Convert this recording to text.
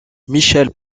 michelle